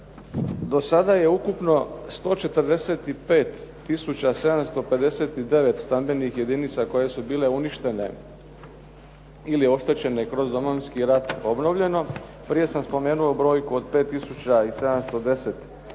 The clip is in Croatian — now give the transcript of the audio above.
Do sada je ukupno 145759 stambenih jedinica koje su bile uništene ili oštećene kroz Domovinski rat obnovljeno. Prije sam spomenuo brojku od 5710 stambenih jedinica